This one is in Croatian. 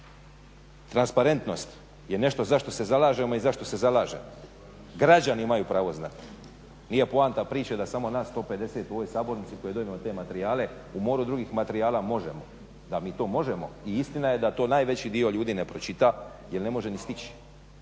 Transparentnost je nešto za što se zalažemo i zašto se zalažemo. Građani imaju pravo znati. Nije poanta priče da samo nas 150 u ovoj sabornici koje je donijelo te materijale u moru drugih materijala možemo. Da, mi to možemo i istina je da je to najveći dio ljudi ne pročita jer ne može ni stići.